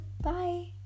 Bye